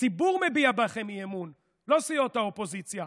הציבור מביע בכם אי-אמון, לא סיעות האופוזיציה.